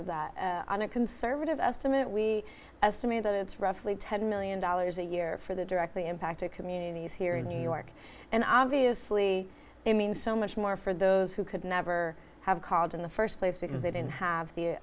of that on a conservative estimate we estimate it's roughly ten million dollars a year for the directly impacted communities here in new york and obviously it means so much more for those who could never have college in the first place because they didn't have the